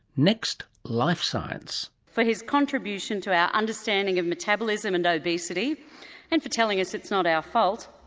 next, life science. for his contribution to our understanding of metabolism and obesity and for telling us it's not our fault,